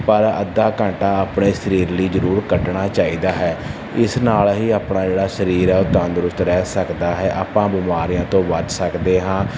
ਪਰ ਅੱਧਾ ਘੰਟਾ ਆਪਣੇ ਸਰੀਰ ਲਈ ਜ਼ਰੂਰ ਕੱਢਣਾ ਚਾਹੀਦਾ ਹੈ ਇਸ ਨਾਲ ਹੀ ਆਪਣਾ ਜਿਹੜਾ ਸਰੀਰ ਹੈ ਉਹ ਤੰਦਰੁਸਤ ਰਹਿ ਸਕਦਾ ਹੈ ਆਪਾਂ ਬਿਮਾਰੀਆਂ ਤੋਂ ਬਚ ਸਕਦੇ ਹਾਂ